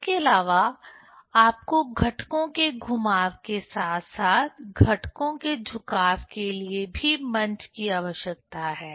इसके अलावा आपको घटकों के घुमाव के साथ साथ घटकों के झुकाव के लिए भी मंच की आवश्यकता है